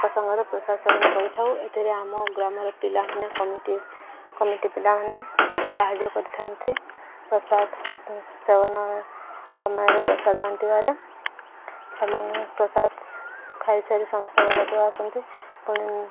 ପ୍ରସଙ୍ଗରେ ପ୍ରସାଦ ସେବନ କରିଥାଉ ଏଥିରେ ଆମ ଗ୍ରାମର ପିଲାମାନେ କମିଟି କମିଟି ପିଲାମାନେ ସାହାଯ୍ୟ କରିଥାନ୍ତି ପ୍ରସାଦ ସେବନ ସମୟରେ ପ୍ରସାଦ ବାଣ୍ଟିବାରେ ଏବଂ ପ୍ରସାଦ ଖାଇସାରି ସମସ୍ତ ଘରକୁ ଆସନ୍ତି ପୁଣି